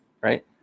right